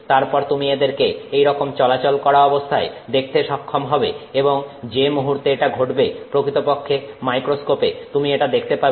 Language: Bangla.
তারপর তুমি এদেরকে এইরকম চলাচল করা অবস্থায় দেখতে সক্ষম হবে এবং যে মুহূর্তে এটা ঘটবে প্রকৃতপক্ষে মাইক্রোস্কোপে তুমি এটা দেখতে পাবে